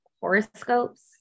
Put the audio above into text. horoscopes